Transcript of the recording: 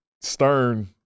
Stern